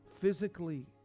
physically